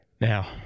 Now